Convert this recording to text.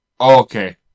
okay